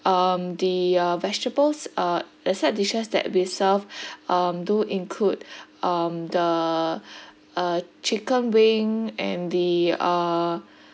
um the uh vegetables uh the sides dishes that we serve um do include um the uh chicken wing and the uh